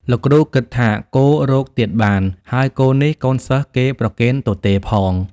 លោកគ្រូគិតថា គោរកទៀតបាន ហើយគោនេះកូនសិស្សគេប្រគេនទទេផង។